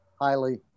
Highly